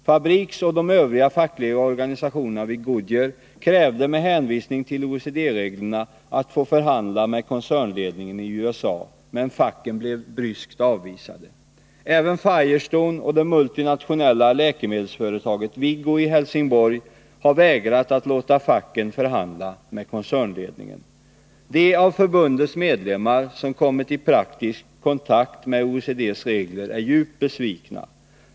Fabriks och de övriga fackliga organisationerna vid Goodyear krävde med hänvisning till OECD-reglerna att få förhandla med koncernledningen i USA, men facken blev bryskt avspisade. Även Firestone och det multinationella läkemedelsföretaget Viggo i Helsingborg har vägrat att låta facken förhandla med koncernledningen. —- De av förbundets medlemmar som kommit i praktisk kontakt med OECD:s regler är djupt besvikna.